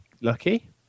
lucky